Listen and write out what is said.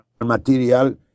material